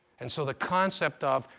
and so the concept of,